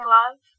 love